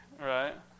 Right